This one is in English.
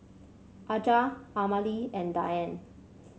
Aja Amalie and Dianne